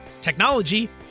technology